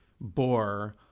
bore